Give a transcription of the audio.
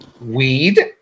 weed